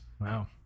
Wow